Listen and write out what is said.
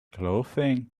clothing